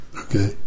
Okay